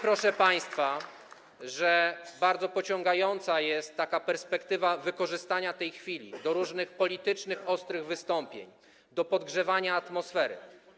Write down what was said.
Proszę państwa, wiem, że bardzo pociągająca jest perspektywa wykorzystania tej chwili do różnych politycznych, ostrych wystąpień, do podgrzewania atmosfery.